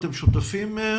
האם אותם שותפים לה?